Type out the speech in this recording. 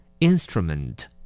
Instrument